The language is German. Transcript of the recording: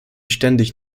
ständig